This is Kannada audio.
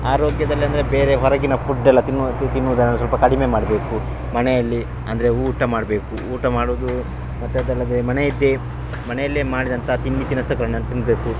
ಆರೋಗ್ಯದಲ್ಲಂದರೆ ಬೇರೆ ಹೊರಗಿನ ಫುಡ್ ಎಲ್ಲ ತಿನ್ನು ತಿನ್ನುದನ್ನು ಸ್ವಲ್ಪ ಕಡಿಮೆ ಮಾಡಬೇಕು ಮನೆಯಲ್ಲಿ ಅಂದರೆ ಊಟ ಮಾಡಬೇಕು ಊಟ ಮಾಡೋದು ಮತ್ತು ಅದಲ್ಲದೆ ಮನೆಯದ್ದೇ ಮನೆಯಲ್ಲೇ ಮಾಡಿದಂಥ ತಿಂಡಿ ತಿನಿಸುಗಳನ್ನು ತಿನ್ನಬೇಕು